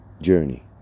journey